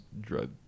drug